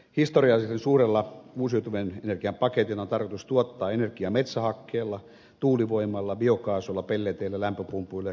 historiallisen suuren uusiutuvien energian paketin on tarkoitus tuottaa energiaa metsähakkeella tuulivoimalla biokaasulla pelleteillä lämpöpumpuilla ja kierrätyspolttoaineilla